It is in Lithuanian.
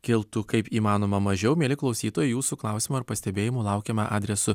kiltų kaip įmanoma mažiau mieli klausytojai jūsų klausimų ar pastebėjimų laukiame adresu